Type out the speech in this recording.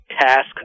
task